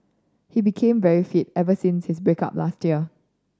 he became very fit ever since his break up last year